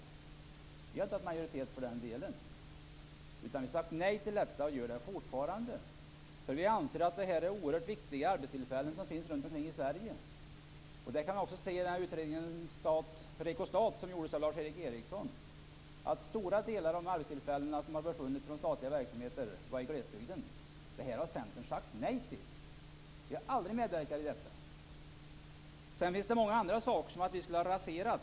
Vi har tagit majoritet för den delen. Vi har sagt nej till detta och gör det fortfarande. Vi anser att detta är oerhört viktiga arbetstillfällen som finns runt om i Sverige. Erik Eriksson kan vi se att stora delar av de arbetstillfällen som har försvunnit från statliga verksamheter har skett i glesbygden. Detta har Centern sagt nej till. Vi har aldrig medverkat i detta. Det har sagts många andra saker som att vi skulle ha raserat.